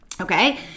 Okay